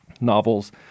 novels